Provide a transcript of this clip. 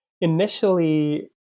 initially